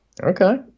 Okay